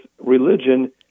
religion